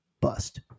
Bust